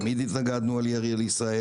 תמיד התנגדנו לירי על ישראל,